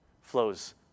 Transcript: flows